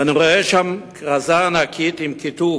ואני רואה שם כרזה ענקית עם כיתוב: